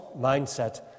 mindset